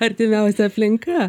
artimiausia aplinka